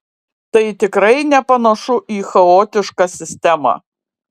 tai tikrai nepanašu į chaotišką sistemą